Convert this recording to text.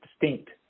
distinct